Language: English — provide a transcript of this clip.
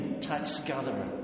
tax-gatherer